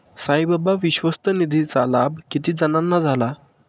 साईबाबा विश्वस्त निधीचा लाभ किती जणांना झाला?